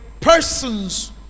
persons